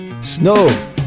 Snow